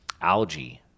algae